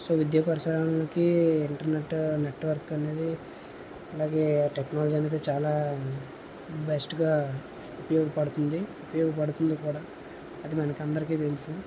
so విద్యా పరిసరానికి internet network అనేది అలాగే టెక్నాలజీ అనేది చాలా బెస్ట్ గా ఉపయోగపడుతుంది ఉపయోగపడుతుంది కూడా అది మనకందరికీ తెలుసు